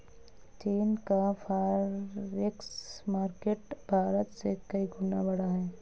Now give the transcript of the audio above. चीन का forex market Bharat से कई गुना बड़ा है